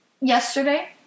Yesterday